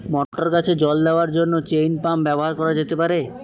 মটর গাছে জল দেওয়ার জন্য চেইন পাম্প ব্যবহার করা যেতে পার?